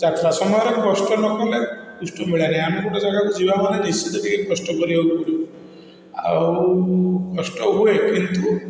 ଯାତ୍ରା ସମୟରେ କଷ୍ଟ ନ କଲେ କୃଷ୍ଣ ମିଳେ ନାହିଁ ଆମେ ଗୋଟେ ଜାଗାକୁ ଯିବାମାନେ ନିଶ୍ଚିତ ଟିକେ କଷ୍ଟ କରିବାକୁ ପଡ଼ିବ ଆଉ କଷ୍ଟ ହୁଏ କିନ୍ତୁ